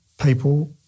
people